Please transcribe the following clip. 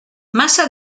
massa